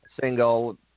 single